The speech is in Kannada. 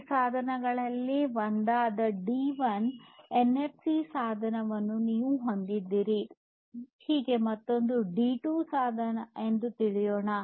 ಈ ಸಾಧನಗಳಲ್ಲಿ ಒಂದಾದ ಡಿ1 ಎನ್ಎಫ್ಸಿ ಸಾಧನವನ್ನು ನೀವು ಹೊಂದಿದ್ದೀರಿ ಎಂದು ಮತ್ತೊಂದು ಡಿ2 ಸಾಧನ ಎಂದು ತಿಳಿಯೋಣ